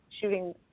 shooting